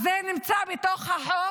אז זה נמצא בתוך החוק